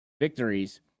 victories